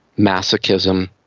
masochism,